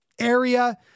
area